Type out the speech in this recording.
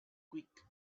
quick